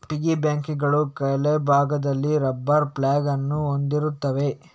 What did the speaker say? piggy ಬ್ಯಾಂಕುಗಳು ಕೆಳಭಾಗದಲ್ಲಿ rubber plug ಅನ್ನು ಹೊಂದಿರುತ್ತವೆ